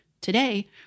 Today